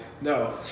No